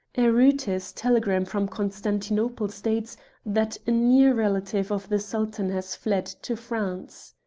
a reuter's telegram from constantinople states that a near relative of the sultan has fled to france.